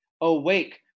awake